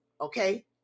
okay